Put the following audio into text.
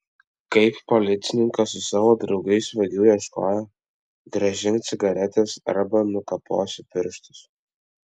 kaip policininkas su savo draugais vagių ieškojo grąžink cigaretes arba nukaposiu pirštus